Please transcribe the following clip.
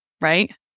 right